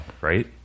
Right